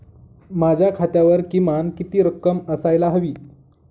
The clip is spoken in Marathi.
माझ्या खात्यावर किमान किती रक्कम असायला हवी?